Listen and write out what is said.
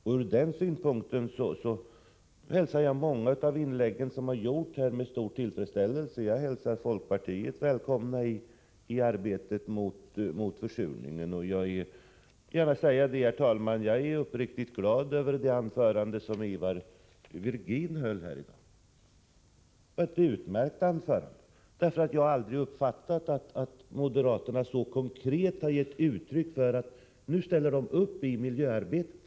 Från den synpunkten hälsar jag med stor tillfredsställelse många av de inlägg som har gjorts här i dag. Jag hälsar folkpartiet välkommet i arbetet mot försurningen. Jag är också uppriktigt glad över det anförande som Ivar Virgin höll här i dag. Det var ett utmärkt anförande. Jag har aldrig tidigare uppfattat att moderaterna så konkret har givit uttryck för att de ställer upp i miljöarbetet.